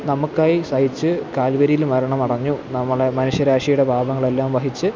നമുക്കായി സഹിച്ച് കാല്വരിയിൽ മരണമടഞ്ഞു നമ്മൾ മനുഷ്യ രാശിയുടെ പാപങ്ങളെല്ലാം വഹിച്ച്